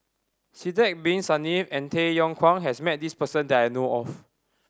Sidek Bin Saniff and Tay Yong Kwang has met this person that I know of